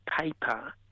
paper